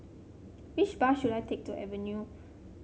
which bus should I take to Avenue